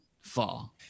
fall